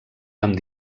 amb